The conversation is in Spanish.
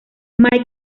michael